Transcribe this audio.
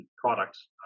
products